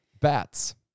Bats